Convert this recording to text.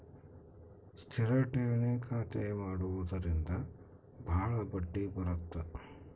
ಸ್ಥಿರ ಠೇವಣಿ ಖಾತೆ ಮಾಡುವುದರಿಂದ ಬಾಳ ಬಡ್ಡಿ ಬರುತ್ತ